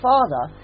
Father